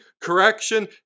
correction